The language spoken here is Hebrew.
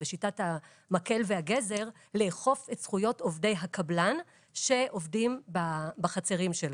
בשיטת המקל והגזר לאכוף את זכויות עובדי הקבלן שעובדים בחצרים שלו.